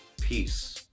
Peace